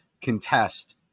contest